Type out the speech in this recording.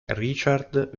richard